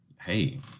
hey